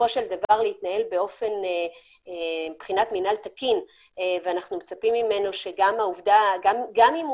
בסופו של דבר להתנהל באופן מנהל תקים ואנחנו מצפים ממנו שגם אם הוא